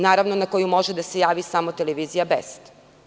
Naravno, na koji može da se javi samo Televizija „Best“